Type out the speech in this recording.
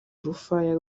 urufaya